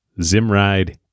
Zimride